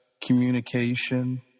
communication